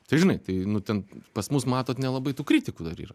tai žinai tai nu ten pas mus matot nelabai tų kritikų dar yra